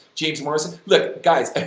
james morrison, look, guys,